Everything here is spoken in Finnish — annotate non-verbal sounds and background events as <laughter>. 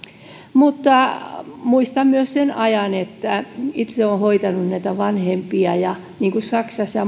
mutta muistan myös sen ajan kun itse olen hoitanut vanhempia niin kuin saksassa ja <unintelligible>